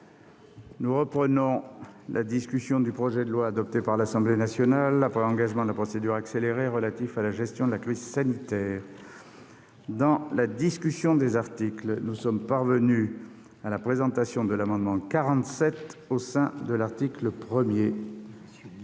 Nous reprenons la discussion du projet de loi, adopté par l'Assemblée nationale après engagement de la procédure accélérée, relatif à la gestion de la crise sanitaire. Dans la discussion de l'article 1, nous en sommes parvenus à l'examen de quarante-trois amendements